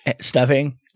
stuffing